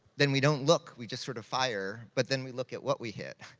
then we don't look, we just sort of fire, but then we look at what we hit.